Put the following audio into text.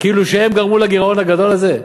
כאילו הם גרמו לגירעון הגדול הזה?